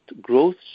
growth